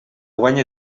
guanya